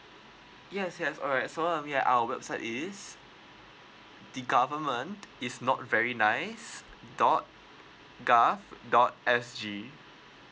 yes yes alright so um yeah our website is the government is not very nice dot gov dot S_G